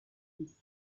those